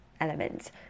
elements